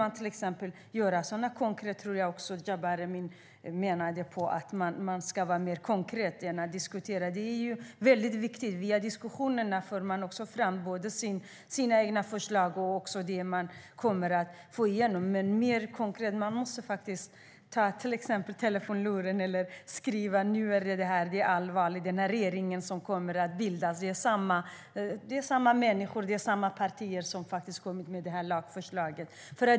Jabar Amin menade att man ska vara mer konkret och gärna diskutera det i EU. Det är väldigt viktigt att man via diskussioner kan föra fram sina egna förslag och det som kommer att gå igenom. Rent konkret kan man ta till exempel telefonluren och ringa upp eller skriva att det nu är allvar. Den regering som kommer att bildas är samma människor och partier som har kommit med det här lagförslaget.